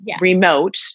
remote